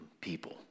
people